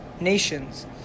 nations